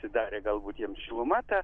susidarė galbūt jiems šiluma ta